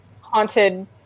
haunted